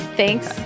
thanks